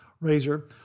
razor